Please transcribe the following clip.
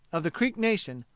of the creek nation,